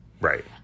right